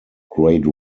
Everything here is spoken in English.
grade